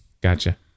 gotcha